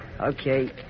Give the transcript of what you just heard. Okay